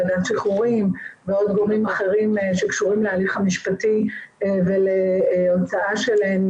ועדת שחרורים ועוד גורמים אחרים שקשורים להליך המשפטי ולהוצאה שלהן